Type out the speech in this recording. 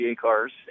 cars